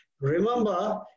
Remember